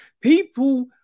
people